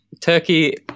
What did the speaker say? Turkey